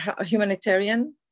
humanitarian